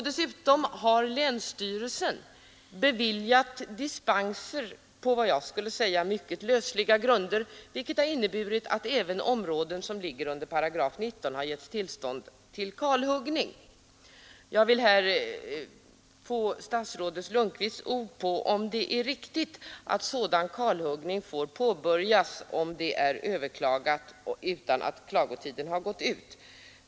Dessutom har länsstyrelsen beviljat dispenser på vad jag skulle vilja kalla mycket lösliga grunder, vilket har inneburit att det även för områden som ligger under 198 har getts tillstånd till kalhuggning. Jag vill här få statsrådet Lundkvists ord på om det är riktigt att sådan kalhuggning får påbörjas om tillståndet är överklagat och utan att klagotiden gått ut.